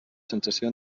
sensació